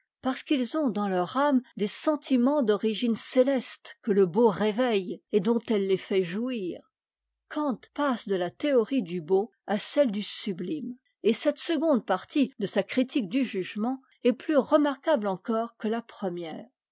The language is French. parce qu'ils ont dans leur âme des sentiments d'origine céleste que la beauté réveille et dont elle les fait jouir kant passe de la théorie du beau à celle du sublime et cette seconde partie de sa critique du mfeme est plus remarquable encore que la première